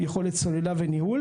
יכולת סוללה וניהול